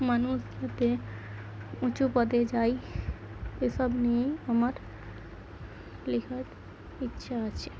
মানুষ যাতে উঁচু পদে যায় এসব নিয়েই আমার লেখার ইচ্ছা আছে